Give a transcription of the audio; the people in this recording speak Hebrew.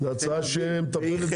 זו הצעה שמטפלת.